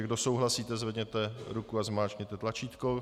Kdo souhlasíte, zvedněte ruku a zmáčkněte tlačítko.